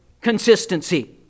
consistency